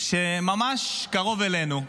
שממש קרוב אלינו,